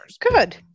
Good